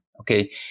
Okay